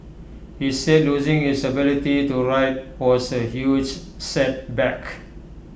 he said losing his ability to write was A huge setback